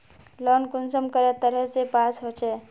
Loan कुंसम करे तरह से पास होचए?